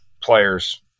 players